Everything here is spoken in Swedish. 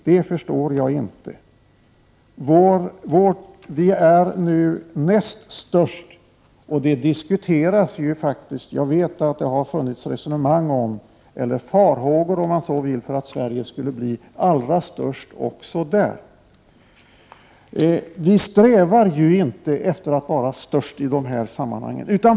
Vi är alltså nu näst störst, och jag vet att det har förekommit resonemang om -— eller farhågor för, om man så vill — att Sverige skulle bli allra störst. Vi strävar ju inte efter att vara störst i de här sammanhangen.